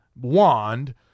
wand